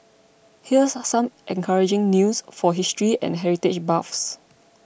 here's some encouraging news for history and heritage buffs